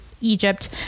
Egypt